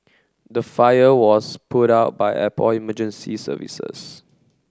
the fire was put out by airport emergency services